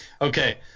Okay